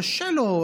קשה לו.